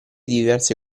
diverse